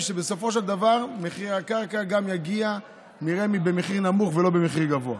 כדי שבסופו של דבר הקרקע תגיע במחיר נמוך ולא גבוה.